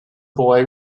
boy